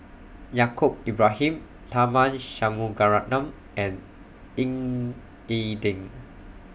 Yaacob Ibrahim Tharman Shanmugaratnam and Ying E Ding